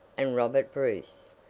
and robert bruce,